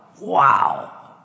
Wow